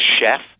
chef